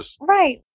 Right